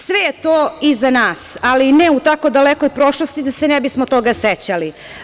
Sve je to iza nas, ali ne u tako dalekoj prošlosti da se ne bismo toga sećali.